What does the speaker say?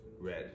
Red